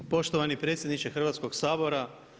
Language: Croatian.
Poštovani predsjedniče Hrvatskog sabora.